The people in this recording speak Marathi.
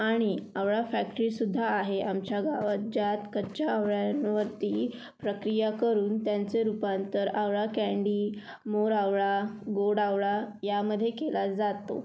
आणि आवळा फॅक्टरीसुद्धा आहे आमच्या गावात ज्यात कच्च्या आवळ्यांवरती प्रक्रिया करून त्यांचं रूपांतर आवळा कँडी मोरआवळा गोड आवळा यामध्ये केला जातो